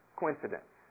coincidence